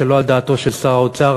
שלא על דעתו של שר האוצר,